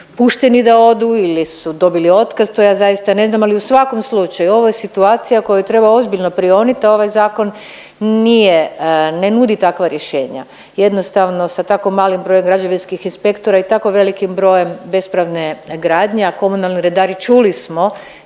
pušteni da odu ili su dobili otkaz to ja zaista ne znam, ali u svakom slučaju ovo je situacija u koju treba ozbiljno prionit, a ovaj zakon nije ne nudi takva rješenja. Jednostavno sa tako malim brojem građevinskih inspektora i tako velikim brojem bespravne gradnje, a komunalni redari čuli smo